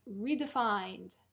Redefined